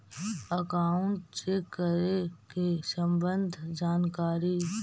Account check के सम्बन्ध जानकारी?